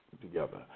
together